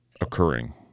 occurring